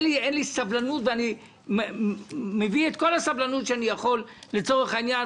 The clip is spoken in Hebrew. אין לי סבלנות ואני מגייס את כל הסבלנות שאני יכול לצורך העניין.